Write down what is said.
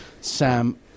Sam